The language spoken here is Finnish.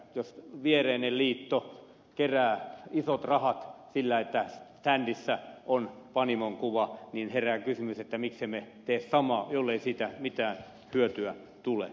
jos viereinen liitto kerää isot rahat sillä että ständissä on panimon kuva niin herää kysymys miksemme tee samaa jollei tekemättä jättämisestä mitään hyötyä tule